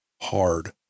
hard